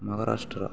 Maharashtra